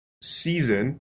season